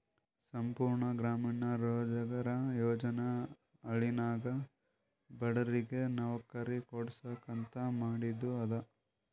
ಸಂಪೂರ್ಣ ಗ್ರಾಮೀಣ ರೋಜ್ಗಾರ್ ಯೋಜನಾ ಹಳ್ಳಿನಾಗ ಬಡುರಿಗ್ ನವ್ಕರಿ ಕೊಡ್ಸಾಕ್ ಅಂತ ಮಾದಿದು ಅದ